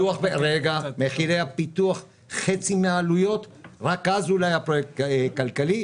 מחירי הפיתוח חצי מהעלויות רק אז אולי הפרויקט כלכלי,